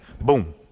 Boom